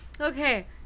okay